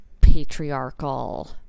patriarchal